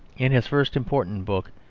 in his first important book,